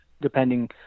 depending